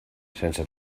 sense